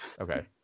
Okay